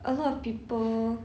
a lot of people